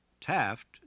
Taft